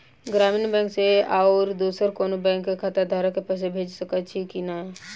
ग्रामीण बैंक सँ आओर दोसर कोनो बैंकक खाताधारक केँ पैसा भेजि सकैत छी की नै?